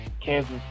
Kansas